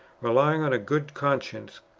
relying on a good conscience,